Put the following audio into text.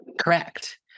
correct